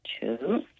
Two